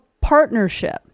partnership